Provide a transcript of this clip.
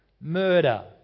murder